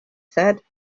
said